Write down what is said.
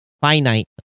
finite